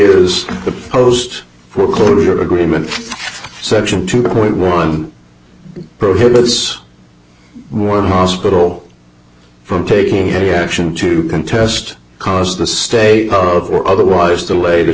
is the post foreclosure agreement section two point one prohibits one hospital from taking any action to contest cause the state of or otherwise the latest